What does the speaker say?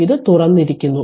ഇത് തുറന്നിരിക്കുന്നു